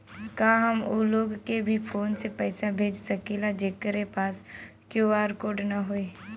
का हम ऊ लोग के भी फोन से पैसा भेज सकीला जेकरे पास क्यू.आर कोड न होई?